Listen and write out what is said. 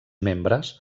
membres